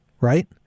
right